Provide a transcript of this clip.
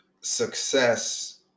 success